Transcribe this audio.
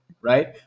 right